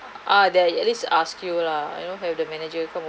uh they at least ask you la you know have the manager come